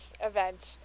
event